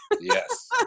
Yes